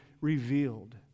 revealed